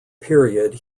period